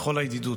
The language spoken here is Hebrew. בכל הידידות,